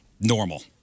normal